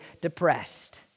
depressed